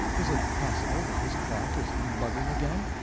is it possible that this clock is humbugging again?